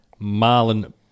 Marlon